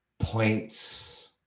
points